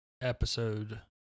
episode